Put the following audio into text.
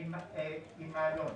עם מעלון,